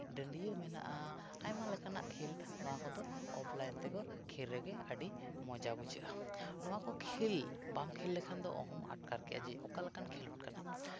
ᱰᱟᱹᱰᱭᱟᱹ ᱢᱮᱱᱟᱜᱼᱟ ᱟᱭᱢᱟ ᱞᱮᱠᱟᱱᱟᱜ ᱠᱷᱮᱞ ᱱᱚᱣᱟ ᱠᱚᱫᱚ ᱚᱯᱷᱞᱟᱭᱤᱱ ᱛᱮᱠᱚ ᱠᱷᱮᱞ ᱨᱮᱜᱮ ᱟᱹᱰᱤ ᱢᱚᱡᱟ ᱵᱩᱡᱷᱟᱹᱜᱼᱟ ᱱᱚᱣᱟ ᱠᱚ ᱠᱷᱮᱞ ᱵᱟᱢ ᱠᱷᱮᱞ ᱞᱮᱠᱷᱟᱱ ᱫᱚ ᱚᱦᱚᱢ ᱟᱴᱠᱟᱨ ᱠᱮᱭᱟ ᱚᱠᱟ ᱞᱮᱠᱟᱱ ᱠᱷᱮᱞᱳᱰ ᱠᱟᱱᱟ